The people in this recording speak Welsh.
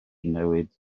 newid